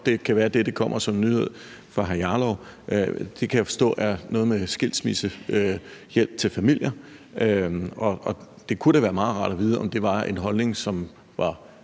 det kan være, at dette kommer som en nyhed for hr. Rasmus Jarlov – er noget med skilsmissehjælp til familier, og det kunne da være meget rart at vide, om det var noget, som